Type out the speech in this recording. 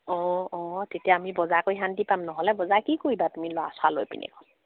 অঁ অঁ তেতিয়া আমি বজাৰ কৰি শান্ত পাম নহ'লে বজাৰ কৰি কি কৰিবা তুমি ল'ৰা ছৰা লৈ পিনি